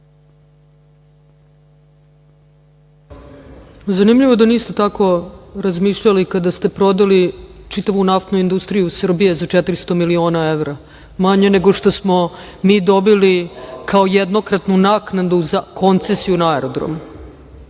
Zanimljivo da niste tako razmišljali kada ste prodali čitavu Naftnu industriju Srbije za 400 miliona evra, manje nego što smo mi dobili kao jednokratnu naknadu za koncesiju na aerodromu.